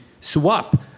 swap